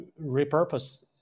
repurpose